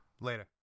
Later